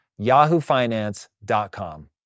yahoofinance.com